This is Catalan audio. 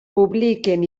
publiquen